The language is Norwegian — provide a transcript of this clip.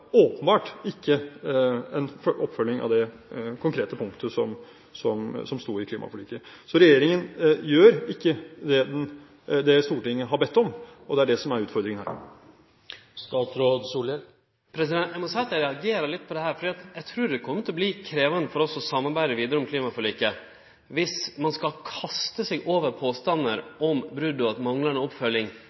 Så regjeringen gjør ikke det Stortinget har bedt om, og det er det som er utfordringen her. Eg må seie at eg reagerer litt på dette, for eg trur det kjem til å verte krevjande for oss å samarbeide vidare om klimaforliket dersom ein skal kaste seg over påstandar om brot og manglande oppfølging